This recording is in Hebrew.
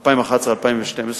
2011 2012,